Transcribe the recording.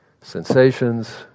Sensations